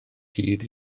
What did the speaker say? hyd